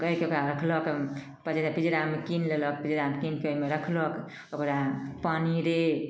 पकड़िके ओकरा राखलक पजरा पिजरामे कीनि लेलक पिजरामे कीनिके ओहिमे राखलक ओकरा पानी रे